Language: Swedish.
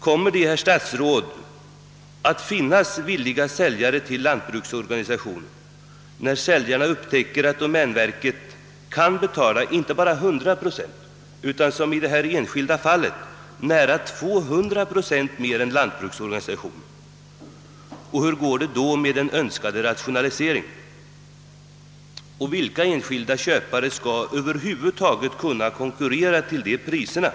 Kommer det, herr statsråd, att finnas villiga säljare till lantbruksorganisationen, när säljarna upptäcker att domänverket kan betala inte bara 100 procent mer utan, som i detta fall, nära 200 procent mer än lantbruksorganisationen? Hur går det då med den önskade rationaliseringen? Vilka enskilda kö pare skall kunna konkurrera till de priserna?